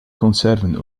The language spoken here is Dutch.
conserven